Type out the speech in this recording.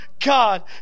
God